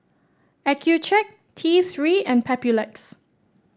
Accucheck T Three and Papulex